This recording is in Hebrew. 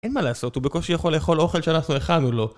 אין מה לעשות, הוא בקושי יכול לאכול אוכל שאנחנו הכנו לו